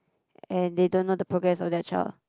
and they don't know the progress of their child